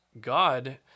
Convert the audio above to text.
God